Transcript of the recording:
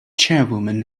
chairwoman